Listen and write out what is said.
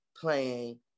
playing